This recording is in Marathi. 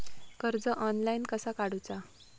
कर्ज ऑनलाइन कसा काडूचा?